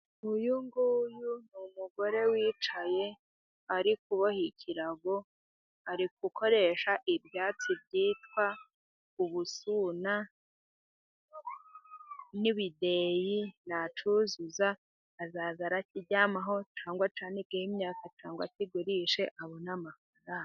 Uyu nguyu ni umugore wicaye arikuboha ikirago, ari gukoresha ibyatsi byitwa ubusuna n'ibideyi, nacyuzuza azajya arakiryamaho cyangwa acyanikeho imyaka, cyangwa akigurishe abone amafaranga.